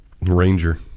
Ranger